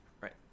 Right